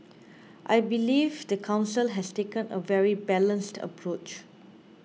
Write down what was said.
I believe the Council has taken a very balanced approach